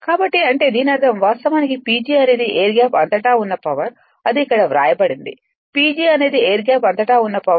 కాబట్టి అంటే దీని అర్థం వాస్తవానికి PG అనేది ఎయిర్ గ్యాప్ అంతటా ఉన్న పవర్ ఇది ఇక్కడ వ్రాయబడింది PG అనేది ఎయిర్ గ్యాప్ అంతటా ఉన్న పవర్